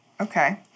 Okay